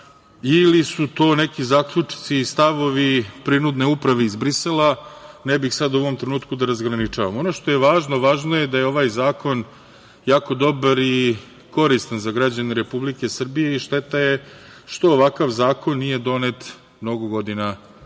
ili su to neki zaključci i stavovi prinudne uprave iz Brisela. Ne bih sada u ovom trenutku da razgraničavam. Ono što je važno, važno je da je ovaj zakon jako dobar i koristan za građane Republike Srbije i šteta je što ovakav zakon nije donet mnogo godina ranije